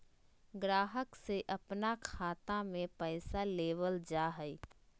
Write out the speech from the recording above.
ग्राहक से अपन खाता में पैसा लेबल जा हइ